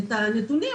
הנתונים,